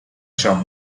shop